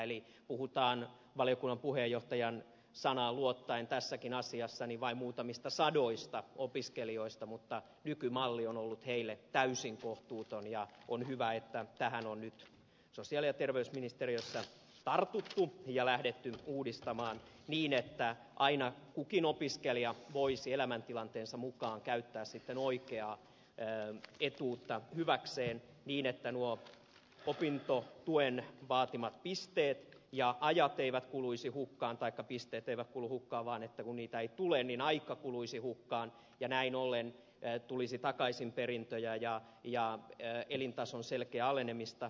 eli puhutaan valiokunnan puheenjohtajan sanaan luottaen tässäkin asiassa vain muutamista sadoista opiskelijoista mutta nykymalli on ollut heille täysin kohtuuton ja on hyvä että tähän on nyt sosiaali ja terveysministeriössä tartuttu ja lähdetty uudistamaan niin että aina kukin opiskelija voisi elämäntilanteensa mukaan käyttää oikeaa etuutta hyväkseen niin että nuo opintotuen vaatimat pisteet ja ajat eivät kuluisi hukkaan taikka pisteet eivät kulu hukkaan vaan että kun niitä ei tule niin aika kuluisi hukkaan ja näin ollen ei tulisi takaisinperintöjä ja elintason selkeää alenemista